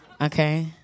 okay